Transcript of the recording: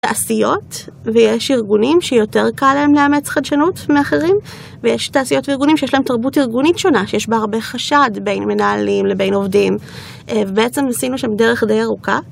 תעשיות, ויש ארגונים שיותר קל להם לאמץ חדשנות מאחרים, ויש תעשיות וארגונים שיש להם תרבות ארגונית שונה, שיש בה הרבה חשד בין מנהלים לבין עובדים, ובעצם עשינו שם דרך די ארוכה.